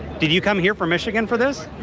did you come here from michigan for this.